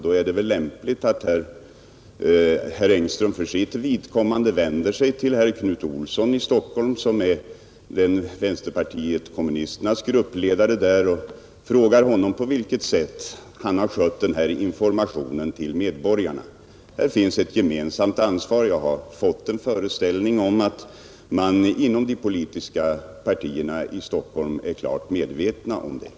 Det är sålunda lämpligt att herr Engström för sitt vidkommande vänder sig till herr Knut Olsson i Stockholm, som är vänsterpartiet kommunisternas gruppledare i kommunfullmäktige, och frågar honom på vilket sätt han har skött sin del av ansvaret för informationen till medborgarna. Här finns ett gemensamt ansvar för alla partier. Jag har för min del en känsla av att man inom de politiska partierna i Stockholm är klart medveten om detta.